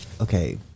okay